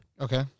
Okay